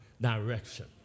direction